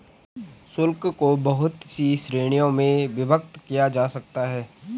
शुल्क को बहुत सी श्रीणियों में विभक्त किया जा सकता है